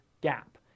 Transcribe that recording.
gap